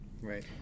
Right